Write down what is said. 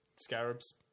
Scarabs